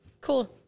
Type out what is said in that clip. Cool